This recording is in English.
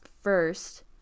first